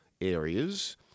areas